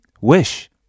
Wish